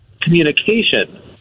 communication